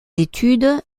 études